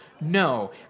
No